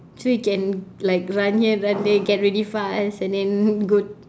so you can like run here run there get really fast and then go